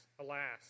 alas